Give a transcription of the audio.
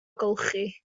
golchi